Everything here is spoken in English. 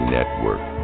Network